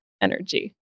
energy